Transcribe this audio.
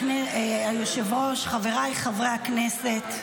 חבריי חברי הכנסת,